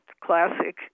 classic